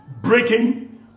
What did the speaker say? breaking